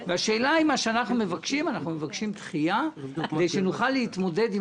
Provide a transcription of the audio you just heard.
מה שאנחנו מבקשים הוא דחייה כדי שנוכל להתמודד עם